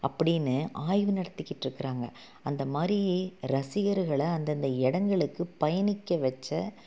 அப்படின்னு ஆய்வு நடத்திக்கிட்டு இருக்காங்க அந்த மாதிரி ரசிகர்களை அந்தந்த இடங்களுக்கு பயணிக்க வைச்ச